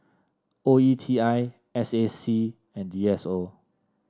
O E T I S A C and D S O